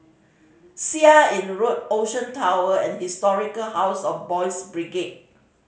Seah Im Road Ocean Tower and Historic House of Boys' Brigade